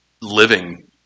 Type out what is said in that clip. living